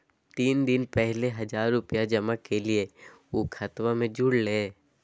तीन दिन पहले हजार रूपा जमा कैलिये, ऊ खतबा में जुरले?